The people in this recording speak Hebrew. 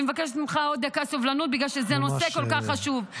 אני מבקשת ממך עוד דקה סבלנות בגלל שזה נושא כל כך חשוב.